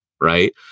Right